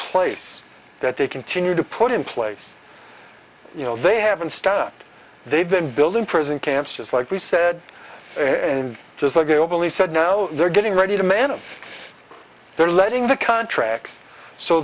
place that they continue to put in place you know they haven't stopped they've been building prison camps just like we said in his ago police said no they're getting ready to manage they're letting the contracts so